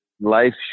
life